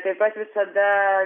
taip pat visada